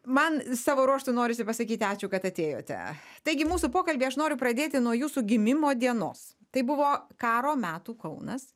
man savo ruožtu norisi pasakyti ačiū kad atėjote taigi mūsų pokalbį aš noriu pradėti nuo jūsų gimimo dienos tai buvo karo metų kaunas